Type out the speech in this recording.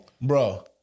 bro